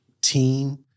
team